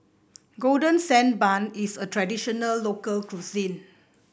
Golden Sand Bun is a traditional local cuisine